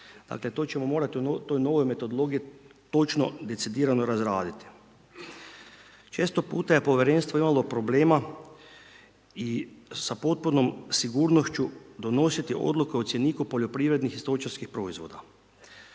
Dakle, to ćemo morati u toj novoj metodologiji točno decidirano razraditi. Često puta je Povjerenstvo imalo problema i sa potpunom sigurnošću donositi odluke o cjeniku poljoprivrednih i stočarskih proizvoda